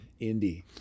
Indie